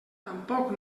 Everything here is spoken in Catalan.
tampoc